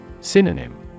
Synonym